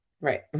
right